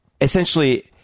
essentially